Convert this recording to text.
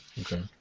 Okay